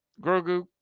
Grogu